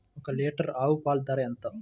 ఒక్క లీటర్ ఆవు పాల ధర ఎంత?